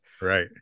Right